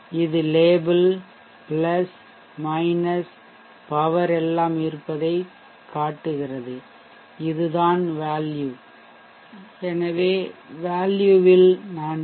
இது label power எல்லாம் இருப்பதைக் காட்டுகிறது இதுதான் வேல்யூ எனவே வேல்யூ இல் நான் பி